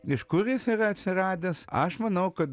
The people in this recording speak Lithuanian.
iš kur jis yra atsiradęs aš manau kad